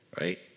right